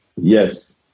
Yes